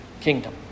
kingdom